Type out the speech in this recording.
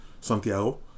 Santiago